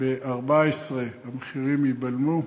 ב-2014 המחירים ייבלמו,